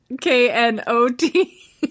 K-N-O-T